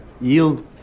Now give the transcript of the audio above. yield